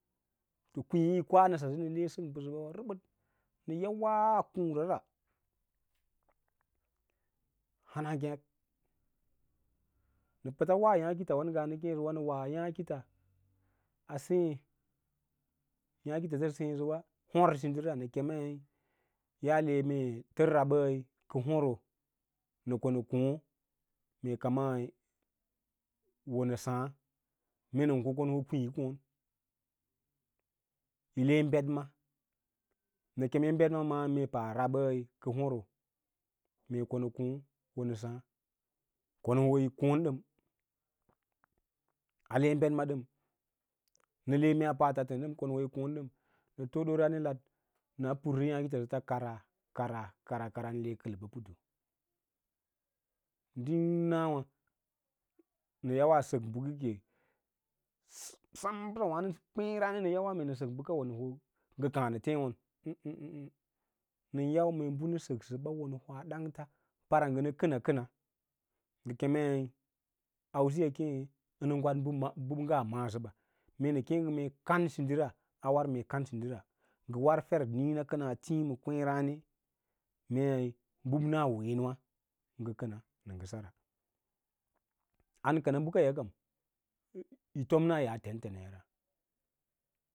Ka kwiĩyi kwa nə saye nə ləsə mbəsəɓan rəbəd nə yawaa kuũrara hana ngêk nə pəts wa yaãkitswan ngaa nə keẽjəwa, nə wa yaãkits a seẽ yaãkiyi sêêsəwa hôrsindira nə kemei yaa le mee tər rabəi ki yi hòro nə ko nə kôô mee kamai wo nə saã mee nən ko ko nə hoo kwiĩ yi kǒǒn yi le ɓedma nə keẽ ɓeɗma ma mee pa rabəi ka hòro mee ko mə koõ ko nə saa, ko nə hoo yi koõn dəm nle ɓedma dom, nə le mee a pa tatən ɗam ko yəə hoo yi kóón ɗən nə too doorane laɗ na pursə yaã kits səts kava, kara, kara kara nə le kələba putu, ding nawâ nə yawaa sək bəkəke, sam bəsa wâno kweẽ raãne nə yawaa mee nə sək bəka ngə kaã těěyǒn ə́ə́ ə́ə́ ə́ə́ nən yau mee bə nə səksə ɓa wo nə hoog ɗangts para ngə nə kəna kəna ngə kemeí ausiya keẽ əə əmnə gwaɗ bə ɓəngga maa səɓa mee nə keẽ mee kansidira a war mee kansidira, ngə war fer niĩna kə naa tiĩ maa kwêěrǎǎne nleiv ɓəɓəna ween wa ngə kəna nə sara an kəna bəka ya kam yi tomna ya ten tens ya ra.